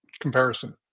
comparison